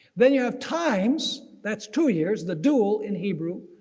then you have times, that's two years the duol in hebrew,